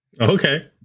Okay